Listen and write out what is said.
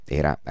era